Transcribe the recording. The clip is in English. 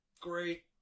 great